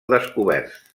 descoberts